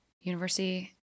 University